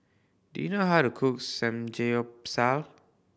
do you know how to cook Samgeyopsal